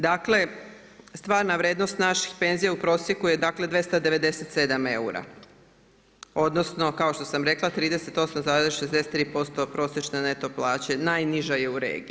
Dakle, stvarna vrijednost naših penzija u prosjeku je dakle 297 eura, odnosno kao što sam rekla, 38,63% prosječne neto plaće, najnižoj u regiji.